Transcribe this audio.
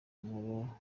nkuru